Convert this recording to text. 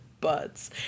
buds